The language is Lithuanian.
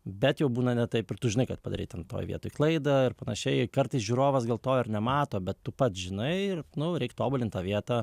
bet jau būna ne taip ir tu žinai kad padarei ten toj vietoj klaidą ar panašiai kartais žiūrovas gal to ir nemato bet tu pats žinai ir nu reik tobulint tą vietą